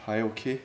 还 ok